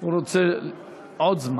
הוא רוצה עוד זמן.